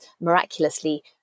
miraculously